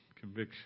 conviction